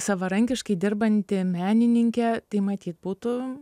savarankiškai dirbanti menininkė tai matyt būtų